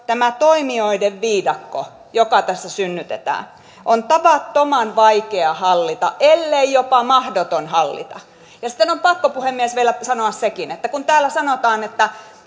tämä toimijoiden viidakko joka tässä synnytetään on tavattoman vaikea hallita ellei jopa mahdoton hallita sitten on pakko puhemies vielä sanoa sekin että kun täällä sanotaan että